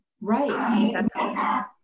right